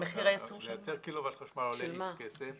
לייצר קילו-ואט חשמל עולה איקס כסף.